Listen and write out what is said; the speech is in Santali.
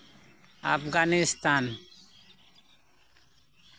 ᱟᱯᱷᱜᱟᱱᱤᱥᱛᱟᱱ